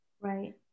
right